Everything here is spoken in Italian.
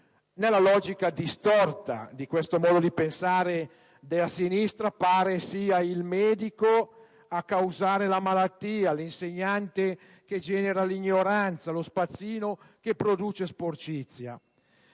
Nella logica distorta di questo modo di pensare della sinistra pare sia il medico a causare la malattia, l'insegnante a generare l'ignoranza, lo spazzino a produrre sporcizia.